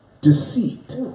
deceit